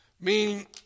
Meaning